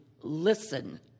listen